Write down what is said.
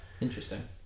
interesting